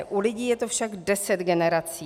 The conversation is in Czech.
U lidí je to však deset generací.